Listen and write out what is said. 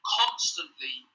constantly